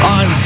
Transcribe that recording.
on